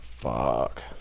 Fuck